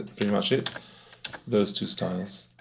pretty much it those two styles.